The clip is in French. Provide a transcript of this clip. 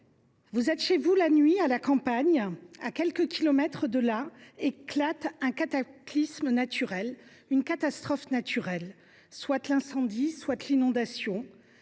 Vous êtes chez vous, la nuit, à la campagne. À quelques kilomètres de là éclate un cataclysme naturel, une catastrophe naturelle, soit l’incendie, soit l’inondation.